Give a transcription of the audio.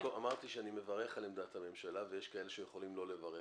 אני אמרתי שאני מברך על עמדת הממשלה ויש כאלה שיכולים לא לברך,